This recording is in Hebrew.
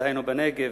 דהיינו בנגב.